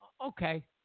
Okay